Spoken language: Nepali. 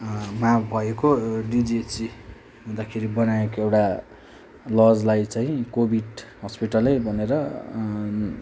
मा भएको डिजिएचसी हुँदाखेरि बनाएको एउटा लजलाई चाहिँ कोविड हस्पिटलै भनेर